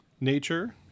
nature